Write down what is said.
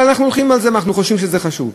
אבל אנחנו הולכים על זה, אנחנו חושבים שזה חשוב.